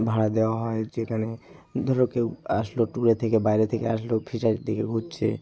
ভাড়া দেওয়া হয় যেখানে ধরো কেউ আসলো ট্যুরে থেকে বাইরে থেকে আসলো ফিসারির দিকে ঘুরছে